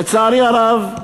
לצערי הרב,